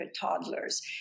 toddlers